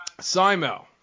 Simo